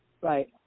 Right